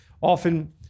often